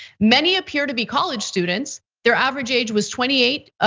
many appear to be college students. their average age was twenty eight,